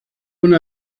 una